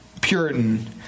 Puritan